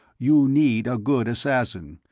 you need a good assassin,